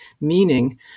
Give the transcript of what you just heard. meaning